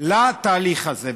לתהליך הזה.